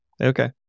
Okay